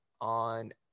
on